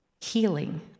healing